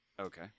Okay